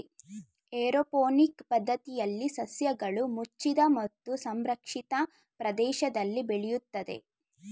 aeroponic ಪದ್ಧತಿಯಲ್ಲಿ ಸಸ್ಯಗಳು ಮುಚ್ಚಿದ ಮತ್ತು ಸಂರಕ್ಷಿತ ಪ್ರದೇಶದಲ್ಲಿ ಬೆಳೆಯುತ್ತದೆ